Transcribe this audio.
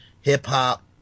hip-hop